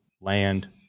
land